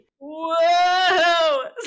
Whoa